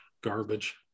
garbage